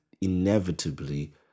inevitably